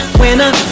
winner